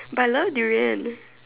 but I love durian